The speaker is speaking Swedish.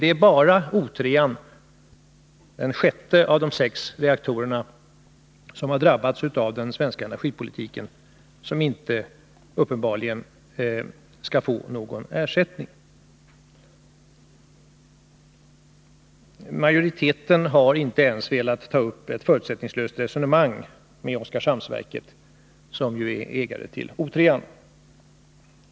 Det är bara O3, den sjätte av de sex reaktorer som har drabbats av den svenska energipolitiken, som uppenbarligen inte skall få någon ersättning. Majoriteten har inte ens velat ta upp ett förutsättningslöst resonemang med Oskarshamnsverket, som är ägare till O 3.